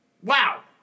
Wow